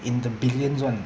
in the billions [one]